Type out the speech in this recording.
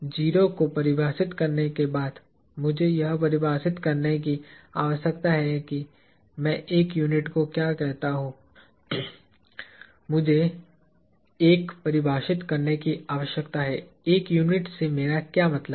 0 को परिभाषित करने के बाद मुझे यह परिभाषित करने की आवश्यकता है कि मैं एक यूनिट को क्या कहता हूं मुझे 1 परिभाषित करने की आवश्यकता है 1 यूनिट से मेरा क्या मतलब है